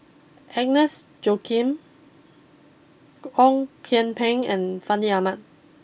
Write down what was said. Agnes Joaquim Ong Kian Peng and Fandi Ahmad